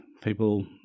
people